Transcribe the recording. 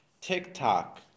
TikTok